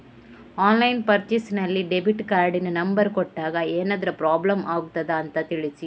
Online purchase ನಲ್ಲಿ debit ಕಾರ್ಡಿನ number ಕೊಟ್ಟಾಗ ಏನಾದರೂ ಪ್ರಾಬ್ಲಮ್ ಆಗುತ್ತದ ಅಂತ ತಿಳಿಸಿ?